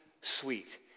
sweet